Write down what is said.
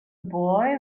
boy